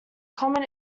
common